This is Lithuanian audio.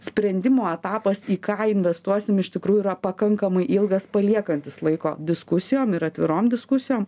sprendimo etapas į ką investuosim iš tikrųjų yra pakankamai ilgas paliekantis laiko diskusijom ir atviroms diskusijom